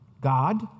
God